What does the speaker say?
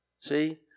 See